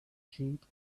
sheep